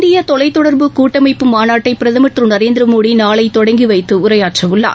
இந்திய தொலைத்தொடர்பு கூட்டமைப்பு மாநாட்டை பிரதமர் திரு நரேந்திர மோடி நாளை தொடங்கி வைத்து உரையாற்றவுள்ளார்